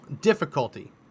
difficulty